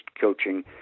coaching